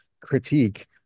critique